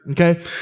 Okay